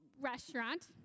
restaurant